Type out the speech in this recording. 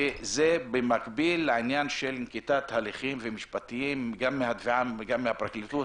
שזה במקביל לעניין של נקיטת הליכים משפטיים גם מהתביעה וגם מהפרקליטות.